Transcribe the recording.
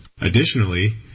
Additionally